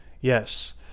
Yes